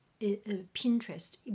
Pinterest